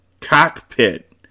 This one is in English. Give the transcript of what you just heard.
cockpit